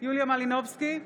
יוליה מלינובסקי,